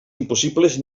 impossibles